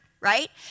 right